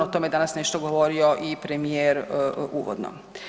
O tome je danas nešto govorio i premijer uvodno.